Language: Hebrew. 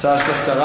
ההצעה של השר.